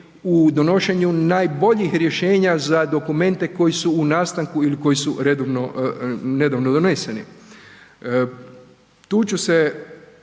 u donošenju najboljih rješenja za dokumente koji su u nastanku ili koji su nedavno doneseni. Tu ću se